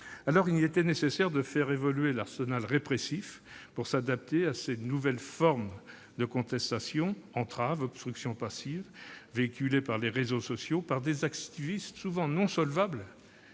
Il était nécessaire de faire évoluer l'arsenal répressif pour l'adapter à ces nouvelles formes de contestation que constituent l'entrave ou l'obstruction passive, véhiculées sur les réseaux sociaux par des activistes souvent non solvables,